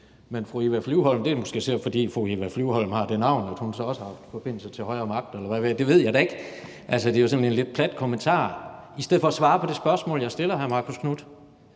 jeg såmænd ikke. Det er så måske, fordi fru Eva Flyvholm har det navn, at hun også har forbindelser til højere magter. Det ved jeg da ikke. Det er sådan en lidt plat kommentar i stedet for at svare på det spørgsmål, jeg stiller hr. Marcus Knuth.